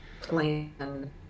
plan